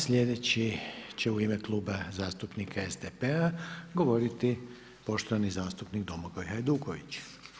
Sljedeći će u ime Kluba zastupnika SDP-a govoriti poštovani zastupnik Domagoj Hajduković.